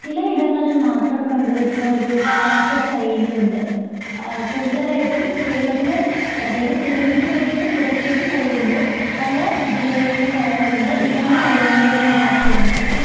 ചിലയിടങ്ങളിൽ മാത്രം കണ്ടു വരുന്ന ഒരു ഭാഷ ശൈലിയുണ്ട് കൂടുതലായിട്ടും കേരളത്തിൽ അതായത് തിരുവനന്തപുരത്തിന് പുറത്തേക്ക് പോകുമ്പോൾ പല ജില്ലകളിലും പറയാറുണ്ട് ഇതാണ് തിരുവനന്തപുരം ഭാഷയെന്ന് പക്ഷേ